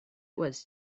was